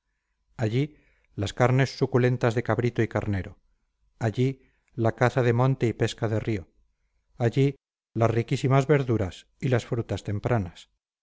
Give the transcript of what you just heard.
allí las carnes suculentas de cabrito y carnero allí la caza de monte y la pesca de río allí las riquísimas verduras y las frutas tempranas